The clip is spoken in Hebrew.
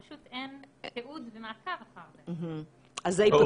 פשוט אין תיעוד ומעקב אחרי זה.